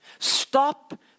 Stop